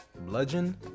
bludgeon